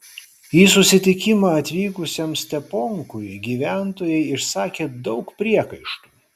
į susitikimą atvykusiam steponkui gyventojai išsakė daug priekaištų